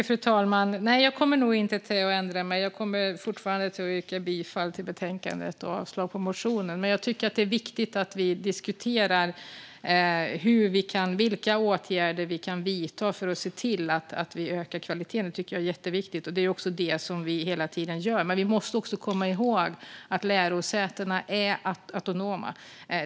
Fru talman! Nej, jag kommer nog inte att ändra mig. Jag kommer fortfarande att yrka bifall till förslaget i betänkandet och avslag på motionen. Men jag tycker att det är jätteviktigt att vi diskuterar vilka åtgärder vi kan vidta för att se till att vi ökar kvaliteten. Det är också det som vi hela tiden gör. Vi måste dock komma ihåg att lärosätena är autonoma.